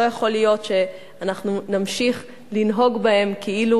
לא יכול להיות שאנחנו נמשיך לנהוג בהם כאילו